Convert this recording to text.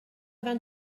vingt